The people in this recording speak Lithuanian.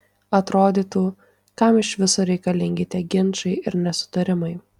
atrodytų kam iš viso reikalingi tie ginčai ir nesutarimai